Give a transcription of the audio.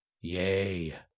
Yea